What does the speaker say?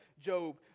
Job